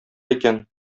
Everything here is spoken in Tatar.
икән